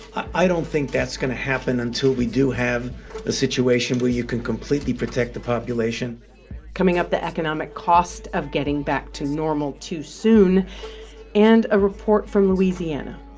i don't think that's going to happen until we do have a situation where you can completely protect the population coming up, the economic cost of getting back to normal too soon and a report from louisiana,